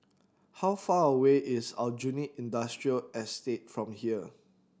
how far away is Aljunied Industrial Estate from here